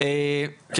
כן.